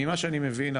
ממה שאני מבין,